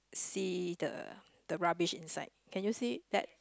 see the the rubbish inside can you see that